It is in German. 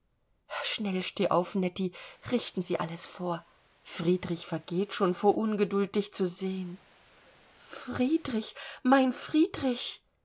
schnell steh auf netti richten sie alles vor friedrich vergeht schon vor ungeduld dich zu sehen friedrich mein friedrich